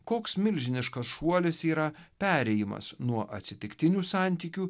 koks milžiniškas šuolis yra perėjimas nuo atsitiktinių santykių